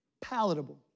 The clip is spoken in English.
palatable